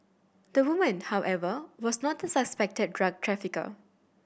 the woman however was not the suspected drug trafficker